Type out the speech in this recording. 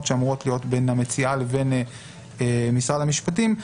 שאמורות להיות בין המציעה לבין משרד המשפטים,